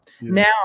Now